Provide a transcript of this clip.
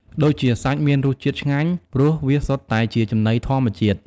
ដូចជាសាច់មានរសជាតិឆ្ងាញ់ ព្រោះវាសុទ្ធតែជាចំណីធម្មជាតិ។